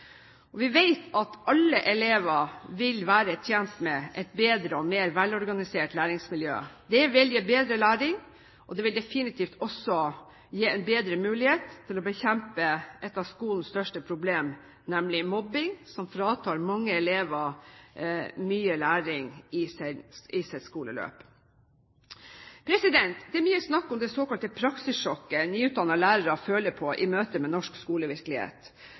alle elever vil være tjent med et bedre og mer velorganisert læringsmiljø. Det vil gi bedre læring, og det vil definitivt også gi en bedre mulighet til å bekjempe et av skolens største problem, nemlig mobbing, som fratar mange elever mye læring i deres skoleløp. Det er mye snakk om det såkalte praksissjokket nyutdannede lærere føler på i møte med norsk skolevirkelighet.